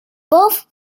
both